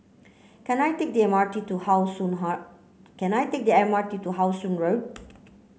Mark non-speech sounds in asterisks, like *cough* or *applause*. can I take the M R T to How Sun *unintelligible* can I take the M R T to How Sun Road